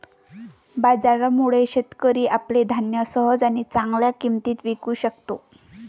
बाजारामुळे, शेतकरी आपले धान्य सहज आणि चांगल्या किंमतीत विकू शकतो